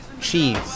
Cheese